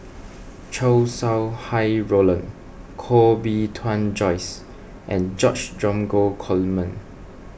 Chow Sau Hai Roland Koh Bee Tuan Joyce and George Dromgold Coleman